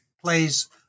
plays